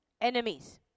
enemies